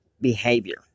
behavior